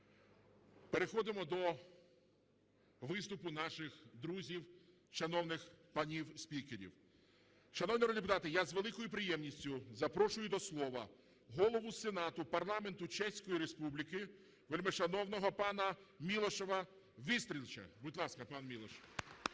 переходимо до виступу наших друзів шановних панів спікерів. Шановні народні депутати, я з великою приємністю запрошую до слова Голову Сенату парламенту Чеської Республіки вельмишановного пана Мілоша Вистрчіла. Будь ласка, пан Мілош.